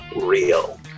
real